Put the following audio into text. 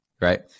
right